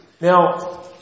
Now